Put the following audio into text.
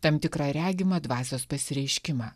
tam tikrą regimą dvasios pasireiškimą